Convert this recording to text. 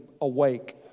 awake